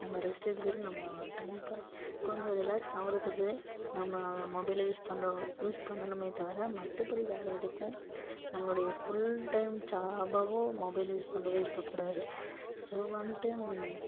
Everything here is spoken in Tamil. நம்ம ரெஸ்ட் எடுத்துகிட்டு நம்ம டைம் பாஸ் கொஞ்சம் ரிலேக்ஸ் ஆகுறதுக்கு நம்ம அத மொபைலை யூஸ் பண்ணுறோம் யூஸ் பண்ணனுமே தவிர மற்றபடி வேறு எதுக்கும் நம்மளுடைய ஃபுல் டைம் ஜாபாவோ மொபைல் யூஸ் பண்ணுறது இருக்கற கூடாது ஸோ வந்ட்டு